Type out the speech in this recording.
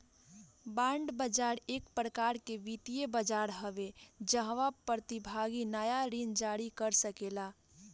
bond बाजार एक प्रकार के वित्तीय बाजार हवे जाहवा प्रतिभागी नाया ऋण जारी कर सकेला